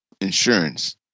insurance